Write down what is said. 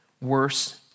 worse